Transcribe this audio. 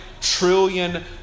trillion